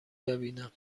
ببینم